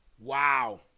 Wow